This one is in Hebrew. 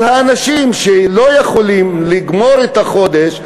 אבל האנשים שלא יכולים לגמור את החודש,